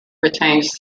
retains